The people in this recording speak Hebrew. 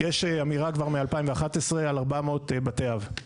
יש אמירה כבר מ-2011 על 400 בתי אב.